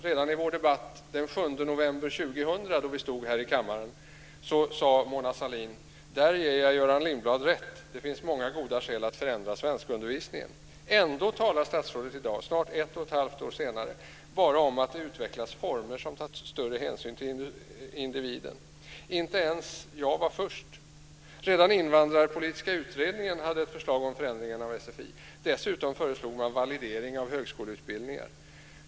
Redan i vår debatt den 7 november 2000 då vi stod här i kammaren sade Mona Sahlin: Där ger jag Göran Lindblad rätt. Det finns många goda skäl att förändra svenskundervisningen. Ändå talar statsrådet i dag, snart ett och ett halvt år senare, bara om att det utvecklas former som tar större hänsyn till individen. Inte ens jag var först. Redan Invandrarpolitiska utredningen hade ett förslag om förändringar av sfi. Dessutom föreslog man en validering av högskoleutbildningar.